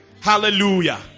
Hallelujah